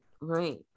Right